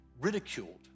ridiculed